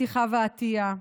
לאתי חווה עטייה,